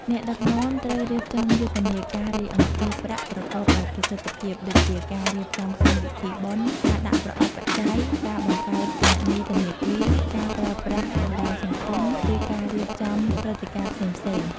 អ្នកដឹកនាំត្រូវរៀបចំយុទ្ធនាការរៃអង្គាសប្រាក់ប្រកបដោយប្រសិទ្ធភាព ដូចជា ការរៀបចំកម្មវិធីបុណ្យ ការដាក់ប្រអប់បច្ច័យ ការបង្កើតគណនីធនាគារ ការប្រើប្រាស់បណ្ដាញសង្គម ឬការរៀបចំព្រឹត្តិការណ៍ផ្សេងៗ។